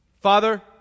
Father